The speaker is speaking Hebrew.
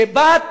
שאומרת,